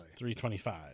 325